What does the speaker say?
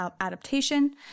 adaptation